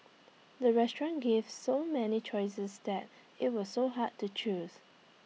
the restaurant gave so many choices that IT was so hard to choose